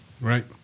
Right